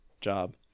job